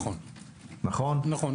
נכון,